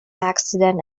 accident